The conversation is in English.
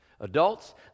Adults